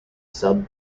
sub